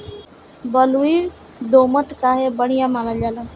बलुई दोमट काहे बढ़िया मानल जाला?